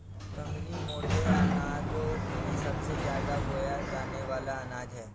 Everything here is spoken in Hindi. कंगनी मोटे अनाजों में सबसे ज्यादा बोया जाने वाला अनाज है